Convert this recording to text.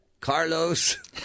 Carlos